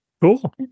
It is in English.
Cool